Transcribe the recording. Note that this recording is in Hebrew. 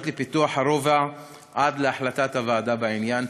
לפיתוח הרובע עד להחלטת הוועדה בעניין.